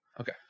Okay